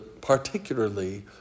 particularly